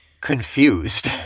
confused